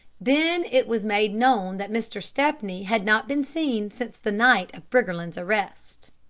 then it was made known that mr. stepney had not been seen since the night of briggerland's arrest.